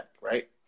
right